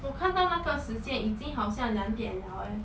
我看到那个时间已经好像两点了 leh